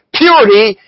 purity